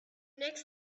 next